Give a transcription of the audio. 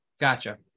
gotcha